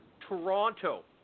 Toronto